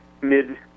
mid